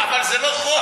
אבל זה לא חוק.